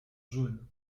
jaunes